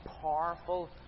powerful